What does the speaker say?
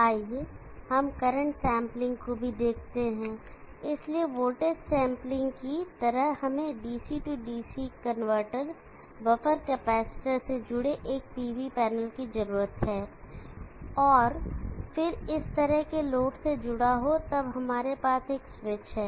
आइए हम current sampling को भी देखते हैं इसलिए वोल्टेज सैंपलिंग की की तरह हमें DC DC converter buffer capacitor से जुड़े एक PV पैनल की जरूरत है और फिर इस तरह के लोड से जुड़ा हो तब हमारे पास एक स्विच है